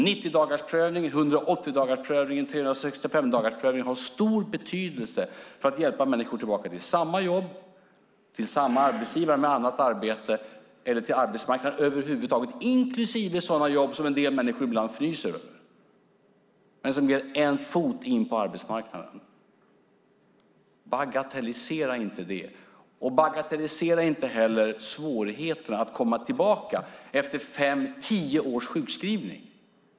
90-dagarsprövningen, 180-dagarsprövningen och 365-dagarsprövningen har stor betydelse för att hjälpa människor tillbaka till samma jobb, till samma arbetsgivare med annat arbete eller till arbetsmarknaden över huvud taget, inklusive sådana jobb som en del människor ibland fnyser åt men som ger en fot in på arbetsmarknaden. Bagatellisera inte det! Bagatellisera inte heller svårigheterna att komma tillbaka efter fem eller tio års sjukskrivning!